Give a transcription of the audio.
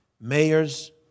mayors